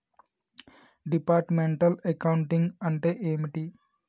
Departmental accounting అంటే ఏమిటి?